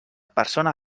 persona